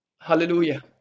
Hallelujah